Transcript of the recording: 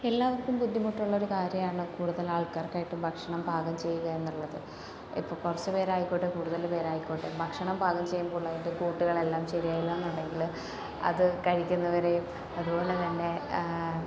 എല്ലാവർക്കും ബുദ്ധിമുട്ടുള്ള ഒരു കാര്യമാണ് കൂടുതൽ ആൾക്കാർക്കായിട്ട് ഭക്ഷണം പാചകം ചെയ്യുക എന്നുള്ളത് ഇപ്പോൾ കുറച്ചു പേരായിക്കോട്ടെ കൂടുതൽ പേരായിക്കോട്ടെ ഭക്ഷണം പാചകം ചെയ്യുമ്പോളുള്ള കൂട്ടുകളെല്ലാം ശരിയായില്ലാന്നുണ്ടെങ്കിൽ അത് കഴിക്കുന്നവരെയും അതുപോലെ തന്നെ